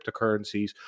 cryptocurrencies